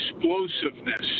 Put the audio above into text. explosiveness